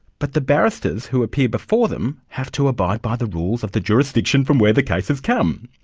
but the barristers who appear before them have to abide by the rules of the jurisdiction from where the case has come.